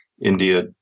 India